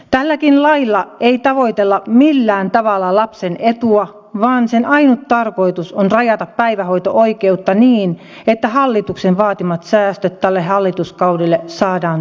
tälläkään lailla ei tavoitella millään tavalla lapsen etua vaan sen ainut tarkoitus on rajata päivähoito oikeutta niin että hallituksen vaatimat säästöt tälle hallituskaudelle saadaan toteutettua